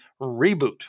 reboot